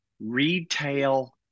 Retail